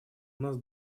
нас